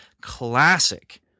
classic